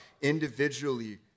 individually